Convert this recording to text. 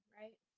right